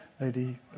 lady